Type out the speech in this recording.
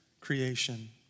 creation